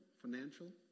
financial